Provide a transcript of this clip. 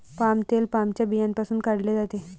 palm तेल पामच्या बियांपासून काढले जाते